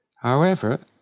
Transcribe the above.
however,